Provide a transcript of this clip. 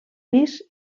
pis